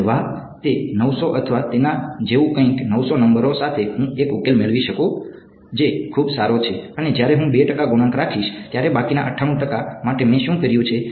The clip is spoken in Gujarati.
અરે વાહ તે 900 અથવા તેના જેવું કંઈક 900 નંબરો સાથે હું એક ઉકેલ મેળવી શકું છું જે ખૂબ સારો છે અને જ્યારે હું 2 ટકા ગુણાંક રાખીશ ત્યારે બાકીના 98 ટકા માટે મેં શું કર્યું છે